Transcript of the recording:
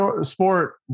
sport